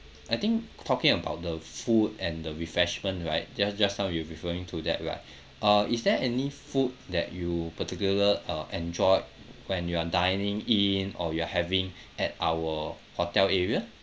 I think talking about the food and the refreshment right just just now you referring to that right uh is there any food that you particular uh enjoyed when you're dining in or you are having at our hotel area